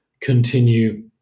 continue